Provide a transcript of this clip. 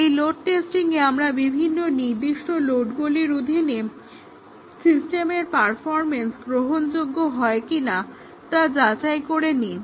এই লোড টেস্টিংয়ে আমরা বিভিন্ন নির্দিষ্ট লোডেগুলির অধীনে সিস্টেমের পারফরম্যান্স গ্রহণযোগ্য হয় কিনা তা যাচাই করে নিই